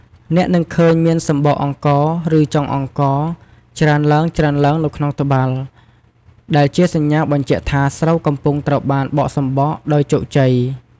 អ្នកនឹងឃើញមានសម្បកអង្ករ (ឬចុងអង្ករ) ច្រើនឡើងៗនៅក្នុងត្បាល់ ដែលជាសញ្ញាបញ្ជាក់ថាស្រូវកំពុងត្រូវបានបកសម្បកដោយជោគជ័យ។